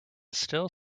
still